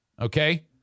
Okay